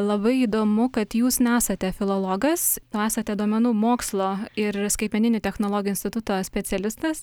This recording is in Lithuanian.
labai įdomu kad jūs nesate filologas o esate duomenų mokslo ir skaitmeninių technologijų instituto specialistas